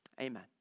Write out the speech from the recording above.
Amen